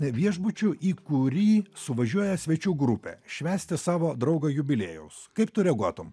viešbučiu į kurį suvažiuoja svečių grupė švęsti savo draugo jubiliejaus kaip tu reaguotum